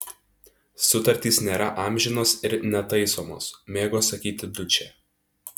sutartys nėra amžinos ir netaisomos mėgo sakyti dučė